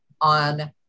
on